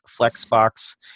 Flexbox